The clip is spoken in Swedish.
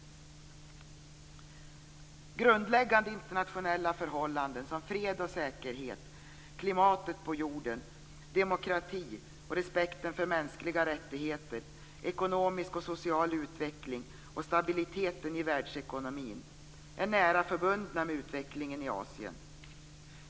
Grundläggande internationella förhållanden som fred och säkerhet, klimatet på jorden, demokrati och respekten för mänskliga rättigheter, ekonomisk och social utveckling och stabiliteten i världsekonomin är nära förbundna med utvecklingen i Asien.